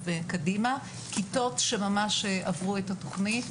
כיתות שממש עברו את התוכנית,